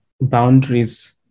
boundaries